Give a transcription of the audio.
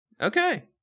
okay